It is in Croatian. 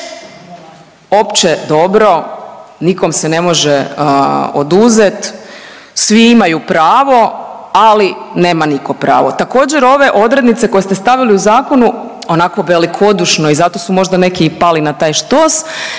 opće dobro, nikom se ne može oduzeti, svi imaju pravo ali nema nitko pravo. Također ove odrednice koje ste stavili u zakonu onako velikodušno i zato su možda i neki i pali na taj štos